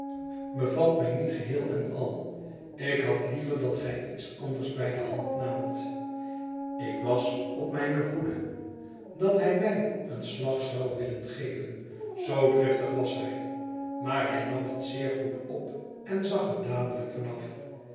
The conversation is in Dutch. bevalt mij niet geheel en al ik had liever dat gij iets anders bij de hand naamt ik was op mijne hoede dat hij mij een slag zou willen geven zoo driftig was hij maar hij nam het zeer goed op en zag er dadelijk van